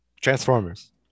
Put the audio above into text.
Transformers